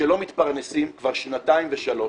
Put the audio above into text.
שלא מתפרנסים כבר שנתיים ושלוש,